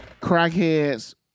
crackheads